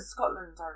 Scotland